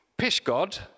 pishgod